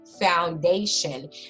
foundation